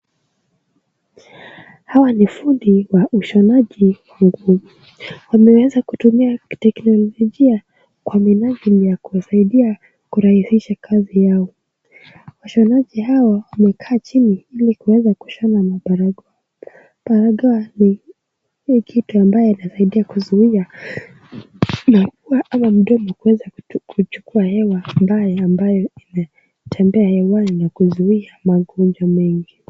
Hawa ni fundi wa ushonaji wa nguo. Wameweza kutumia teknolijia kwa minajili ya kusaidia kurahisisha kazi yao. Washonaji hao wamekaa chini ili kuweza kushona mabarakoa. Barakoa ni kitu ambayo inasaidia kuzuia mapua ama mdomo kuweza kuchukua hewa mbaya ambayo inatembea hewani kuzuia magonjwa.